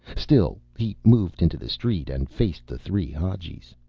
still, he moved into the street and faced the three hadjis.